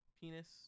penis